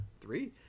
Three